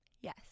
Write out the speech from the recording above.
Yes